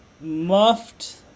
muffed